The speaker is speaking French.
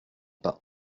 pas